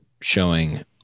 showing